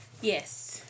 Yes